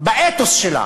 באתוס שלה,